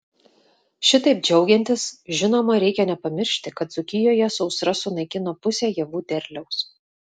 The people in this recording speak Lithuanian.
šitaip džiaugiantis žinoma reikia nepamiršti kad dzūkijoje sausra sunaikino pusę javų derliaus